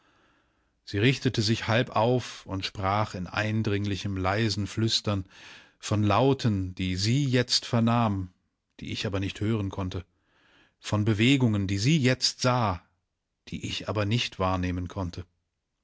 sie richtete sich halb auf und sprach in eindringlichem leisen flüstern von lauten die sie jetzt vernahm die ich aber nicht hören konnte von bewegungen die sie jetzt sah die ich aber nicht wahrnehmen konnte